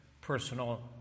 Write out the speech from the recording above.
personal